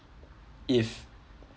if